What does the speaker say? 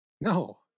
no